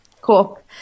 cool